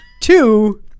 Two